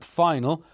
final